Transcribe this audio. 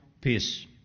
peace